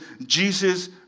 Jesus